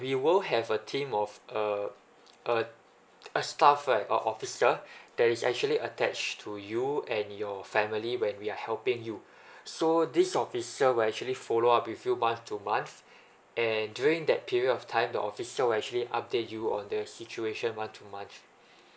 we will have a team of uh uh uh stuff right or officer that is actually attached to you and your family when we are helping you so this officer will actually follow up with you month to month and during that period of time the officer will actually update you on the situation month to month